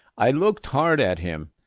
i looked hard at him,